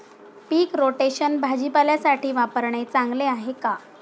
पीक rotation भाजीपाल्यासाठी वापरणे चांगले आहे का?